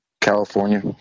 California